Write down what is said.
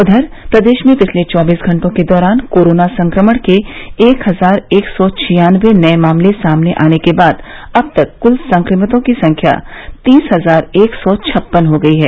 उधर प्रदेश में पिछले चौबीस घटों के दौरान कोरोना संक्रमण के एक हजार एक सौ छियानबे नये मामले सामने आने के बाद अब तक कुल संक्रमितों की संख्या तीस हजार एक सौ छप्पन हो गई है